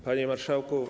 Panie Marszałku!